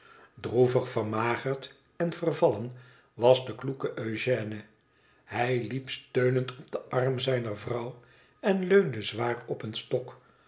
droevig vermagerd en vervallen was de kloeke eugène hij liep steunend op den arm zijner vrouw en leunde zwaar op een stok